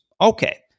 okay